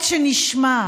נחמד.